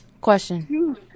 question